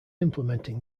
implementing